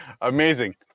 amazing